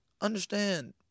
Understand